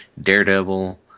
Daredevil